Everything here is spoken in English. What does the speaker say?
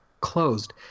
closed